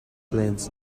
lens